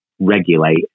regulate